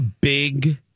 big